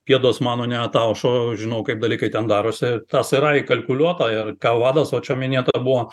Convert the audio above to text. pėdos mano neataušo žinau kaip dalykai ten darosi tas yra įkalkuliuota ir ką vadas va čia minėta buvo